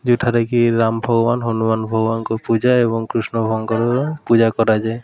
ଯେଉଁଠାରେ କି ରାମ ଭଗବାନ ହନୁମାନ ଭଗବାନଙ୍କ ପୂଜା ଏବଂ କୃଷ୍ଣ ପୂଜା କରାଯାଏ